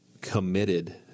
committed